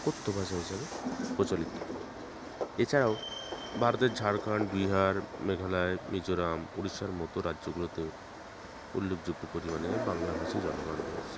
কথ্য ভাষা হিসাবে প্রচলিত এছাড়াও ভারতের ঝাড়খন্ড বিহার মেঘালয় মিজোরাম উড়িষ্যার মতো রাজ্যগুলোতে উল্লেখযোগ্য পরিমাণে বাংলাভাষী জনগণ রয়েছে